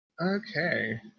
okay